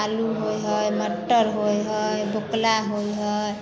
आलू होइ हइ मटर होइ हइ बोकला होइ हइ